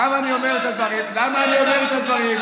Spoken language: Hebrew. למה אני אומר את הדברים?